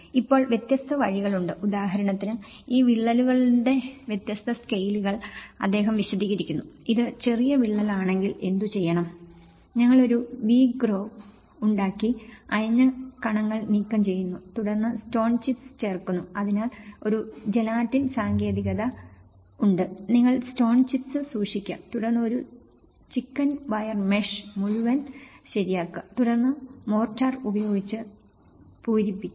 ഇപ്പോൾ വ്യത്യസ്ത വഴികളുണ്ട് ഉദാഹരണത്തിന് ഈ വിള്ളലുകളുടെ വ്യത്യസ്ത സ്കെയിലുകൾ അദ്ദേഹം വിശദീകരിക്കുന്നു ഇത് ചെറിയ വിള്ളലാണെങ്കിൽ എന്തുചെയ്യണം ഞങ്ങൾ ഒരു വി ഗ്രോവ് ഉണ്ടാക്കി അയഞ്ഞ കണങ്ങൾ നീക്കം ചെയ്യുന്നു തുടർന്ന് സ്റ്റോൺ ചിപ്സ് ചേർക്കുന്നു അതിനാൽ ഒരു ജെലാറ്റിൻ സാങ്കേതികതയുണ്ട് നിങ്ങൾ സ്റ്റോൺ ചിപ്സ് സൂക്ഷിക്കുക തുടർന്ന് ഒരു ചിക്കൻ വയർ മെഷ് മുഴുവൻ ശരിയാക്കുക തുടർന്ന് മോർട്ടാർ ഉപയോഗിച്ച് പൂരിപ്പിക്കുക